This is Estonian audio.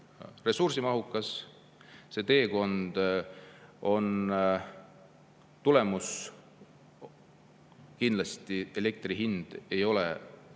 ressursimahukas, selle teekonna tulemusel kindlasti elektri hind ei ole